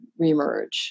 reemerge